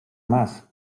más